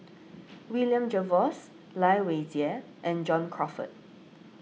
William Jervois Lai Weijie and John Crawfurd